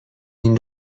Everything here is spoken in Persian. این